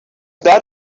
that